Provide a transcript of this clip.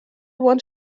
want